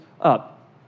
up